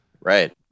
right